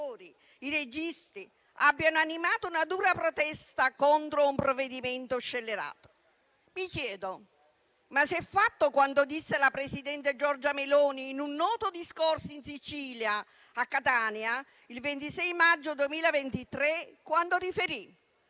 i registi, abbiano animato una dura protesta contro un provvedimento scellerato. Mi chiedo: ma si è fatto quanto disse il presidente Giorgia Meloni in un noto discorso in Sicilia, a Catania, il 26 maggio 2023, quando affermò